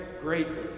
greatly